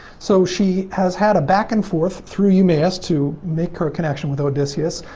so, she has had a back and forth through eumaeus to make her connection with odysseus.